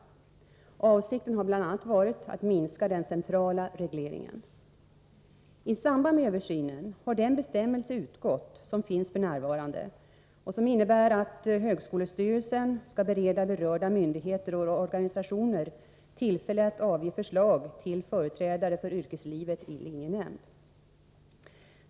Avsikten har bl.a. varit att minska den centrala regleringen. I samband med översynen har den bestämmelse utgått som finns f. n. och som innebär att högskolestyrelsen skall bereda berörda myndigheter och organisationer tillfälle att avge förslag till företrädare för yrkeslivet i linjenämnd.